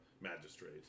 Magistrate